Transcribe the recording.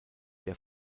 der